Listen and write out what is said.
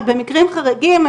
אבל במקרים חריגים,